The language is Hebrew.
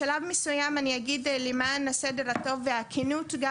בשלב מסוים אני אגיד למען הסדר הטוב והכנות גם